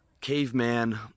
caveman